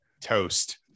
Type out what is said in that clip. toast